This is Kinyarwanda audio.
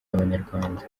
abanyarwanda